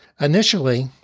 Initially